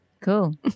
Cool